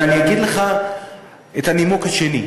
אבל אני אגיד לך את הנימוק השני.